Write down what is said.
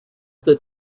that